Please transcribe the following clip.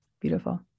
Beautiful